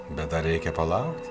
bet dar reikia palaukt